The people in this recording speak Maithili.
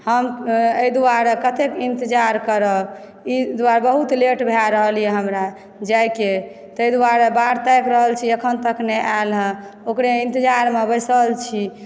हम एहि दुआरे कतेक इन्तजार करब ई दुआरे बहुत लेट भए रहल यऽ हमरा जायके तै दुआरे बाट ताकि रहल छी एखन तक नहि आयल हँ ओकरे इन्तजारमे बैसल छी